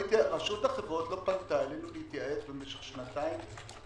החברות לא פנתה אלינו להתייעץ במשך שנתיים.